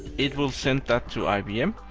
it will send that to ibm,